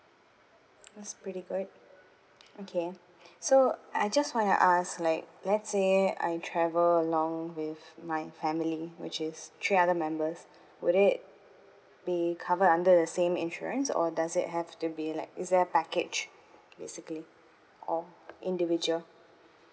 that's pretty good okay so I just wanna ask like let say I travel along with my family which is three other members would it be covered under the same insurance or does it have to be like is there a package basically or individual